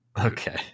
Okay